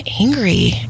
angry